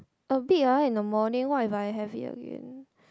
a bit ah in the morning what if I have it again